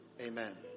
amen